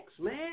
man